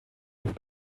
had